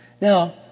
Now